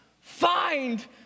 find